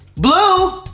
blue?